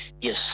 Yes